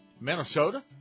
Minnesota